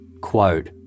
Quote